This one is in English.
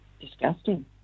disgusting